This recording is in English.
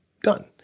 done